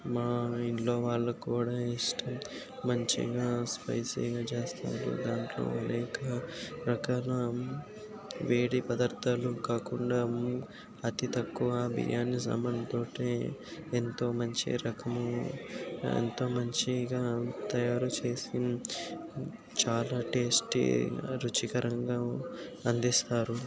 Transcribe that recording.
మా ఇంట్లో వాళ్ళకు కూడా ఇష్టం మంచిగా స్పైసీగా చేస్తారు దాంట్లో అనేక రకాల వేడి పదార్ధాలు కాకుండా అతి తక్కువ బిర్యాని సమానుతోటి ఎంతో మంచి రకము ఎంతో మంచిగా తయారుచేసి చాలా టేస్టీగా రుచికరంగా అందిస్తారు